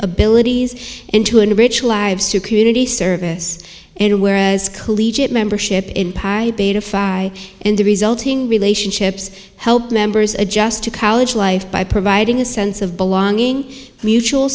abilities and to enrich lives through community service and whereas collegiate membership in beta fi and the resulting relationships help members adjust to college life by providing a sense of belonging mutual